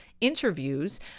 interviews